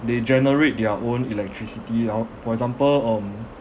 they generate their own electricity now for example um